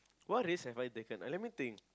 what risk have a I taken let me think